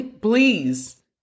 please